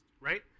right